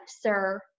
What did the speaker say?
sir